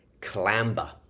clamber